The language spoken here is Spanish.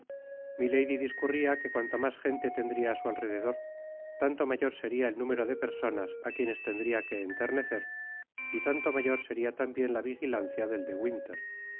milady discurria que cuanta mas gente tendria á su alrededor tanto mayor seria el número de personas á quienes tendria que enternecer y tanto mayor seria tambien la vigilancia del de winter